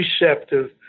receptive